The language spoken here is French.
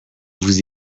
vous